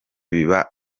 biba